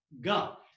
God